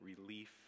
relief